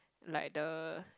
like the